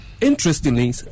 interestingly